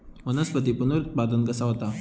वनस्पतीत पुनरुत्पादन कसा होता?